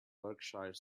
berkshire